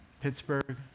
Pittsburgh